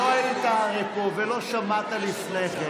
הרי לא היית פה ולא שמעת לפני כן,